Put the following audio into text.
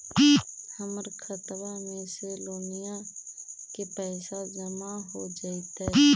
हमर खातबा में से लोनिया के पैसा जामा हो जैतय?